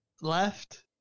left